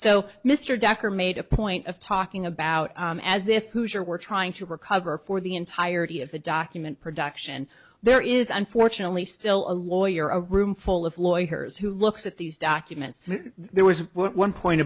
so mr decker made a point of talking about as if hoosier were trying to recover for the entirety of the document production there is unfortunately still a lawyer a roomful of lawyers who looks at these documents there was one point